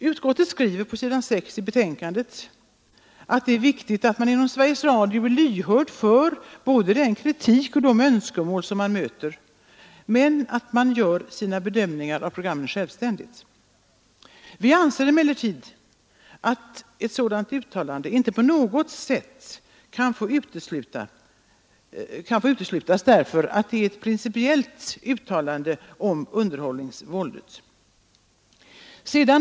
Utskottet skriver på s. 6 i betänkandet att det är viktigt att man inom Sveriges Radio är lyhörd både för den kritik och för de önskemål man möter, men att man gör sina bedömningar av programmen självständigt. Vi anser att ett sådant uttalande inte på något sätt kan få utesluta ett principiellt uttalande om underhållningsvåldet.